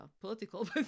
political